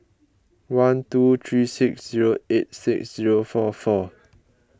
one two three six zero eight six zero four four